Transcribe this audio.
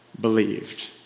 believed